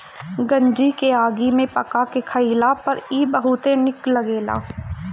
गंजी के आगी में पका के खइला पर इ बहुते निक लगेला